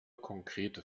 konkrete